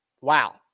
wow